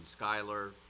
Skyler